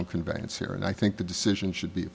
convenience here and i think the decision should be